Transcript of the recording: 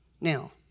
Now